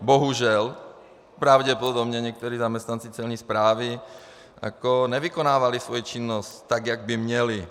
Bohužel, pravděpodobně někteří zaměstnanci Celní správy nevykonávali svou činnost tak, jak by měli.